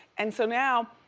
and so now,